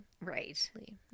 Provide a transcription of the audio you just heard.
Right